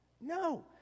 no